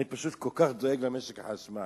אני פשוט כל כך דואג למשק החשמל.